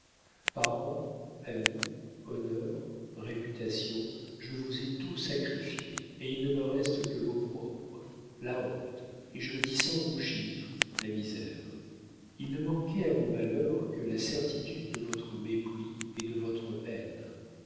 parans amis onneur réputations je vous ai tout sacrifiés et il ne me reste que l'oprobre la honte et je le dis sans rougire la misère il ne manquai à mon malheur que la sertitude de votre mépris et de votre aine